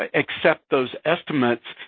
ah accept those estimates,